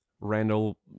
Randall